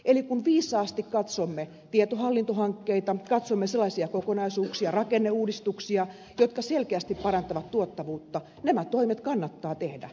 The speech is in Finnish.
eli kun viisaasti katsomme tietohallintohankkeita katsomme sellaisia kokonaisuuksia rakenneuudistuksia jotka selkeästi parantavat tuottavuutta nämä toimet kannattaa tehdä